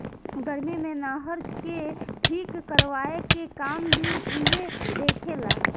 गर्मी मे नहर के ठीक करवाए के काम भी इहे देखे ला